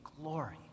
glory